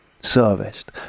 serviced